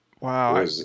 Wow